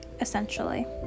essentially